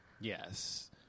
Yes